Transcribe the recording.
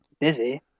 busy